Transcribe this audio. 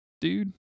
dude